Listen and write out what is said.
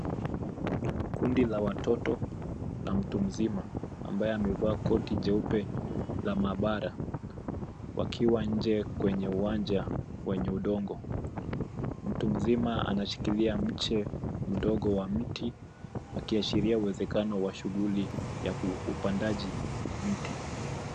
Kundi la watoto na mtu mzima ambaye amevaa koti jeupe la maabara wakiwa nje kwenye uwanja wenye udongo. Mtu mzima anashikilia mche mdogo wa mti akiashiria uwezekano wa shughuli ya upandaji mti.